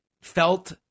felt